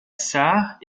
sarre